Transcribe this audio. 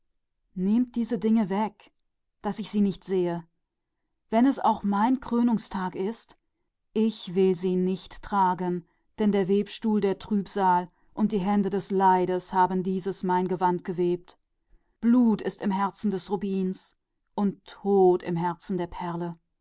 nehmt diese dinge weg und verbergt sie vor mir ob es auch der tag meiner krönung ist ich will sie nicht tragen denn auf dem webstuhl der sorge und mit den weißen händen des schmerzes ist dies mein gewand gewoben blut ist im herzen des rubinen und im herzen der perle